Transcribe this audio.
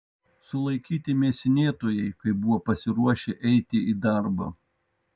sulaikyti mėsinėtojai kai buvo pasiruošę eiti į darbą